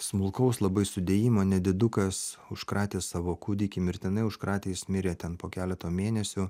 smulkaus labai sudėjimo nedidukas užkratė savo kūdikį mirtinai užkratė jis mirė ten po keleto mėnesių